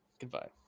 Goodbye